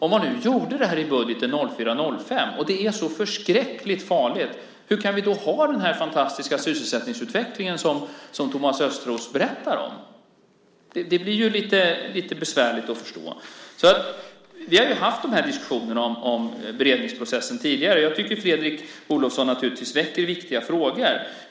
Om man nu gjorde det här i budgeten 2004/05 och det är så förskräckligt farligt, hur kan vi då ha den fantastiska sysselsättningsutveckling som Thomas Östros berättar om? Det blir lite besvärligt att förstå. Vi har tidigare haft diskussioner om beredningsprocessen. Naturligtvis tycker jag att Fredrik Olovsson väcker viktiga frågor.